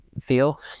feel